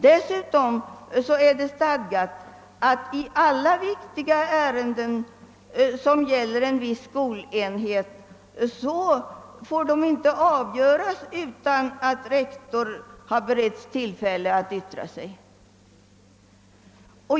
Dessutom är det stadgat att viktiga ärenden som gäller en viss skolenhet inte får avgöras utan att tillfälle har beretts rektor att yttra sig.